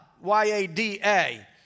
Y-A-D-A